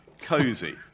Cozy